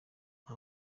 nta